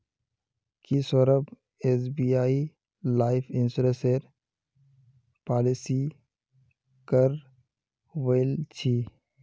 की Saurabh SBI life insurance policy करवइल छि